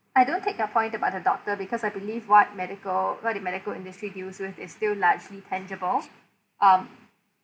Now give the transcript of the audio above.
I don't take your point about the doctor because I believe what medical what did medical industry deals with is still largely tangible um